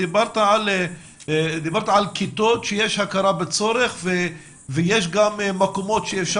דיברת על כיתות שיש הכרה בצורך ויש גם מקומות שאפשר